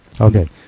Okay